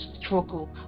struggle